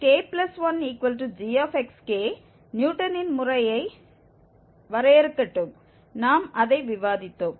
எனவே இந்த xk1g நியூட்டனின் முறையை வரையறுக்கட்டும் நாம் அதை விவாதித்தோம்